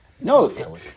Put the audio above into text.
No